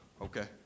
okay